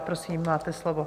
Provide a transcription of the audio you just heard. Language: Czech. Prosím, máte slovo.